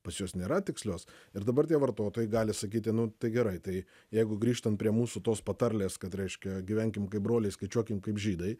pas juos nėra tikslios ir dabar tie vartotojai gali sakyti nu tai gerai tai jeigu grįžtant prie mūsų tos patarlės kad reiškia gyvenkim kaip broliai skaičiuokim kaip žydai